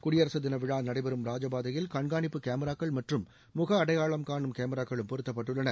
குடியரசு தின விழா நடைபெறும் ராஜபாதையில் கண்காணிப்பு கேமராக்கள் மற்றும் முக அடையாளம் காணும் கேமராக்களும் பொருத்தப்பட்டுள்ளன